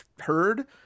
heard